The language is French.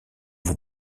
vous